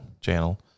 channel